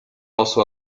also